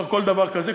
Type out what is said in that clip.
פר כל דבר כזה,